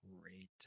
great